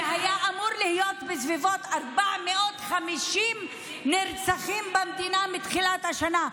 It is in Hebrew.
זה היה אמור להיות בסביבות 450 נרצחים במדינה מתחילת השנה.